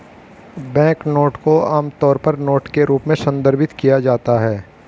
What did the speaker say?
banknote को आमतौर पर नोट के रूप में संदर्भित किया जाता है